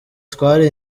twari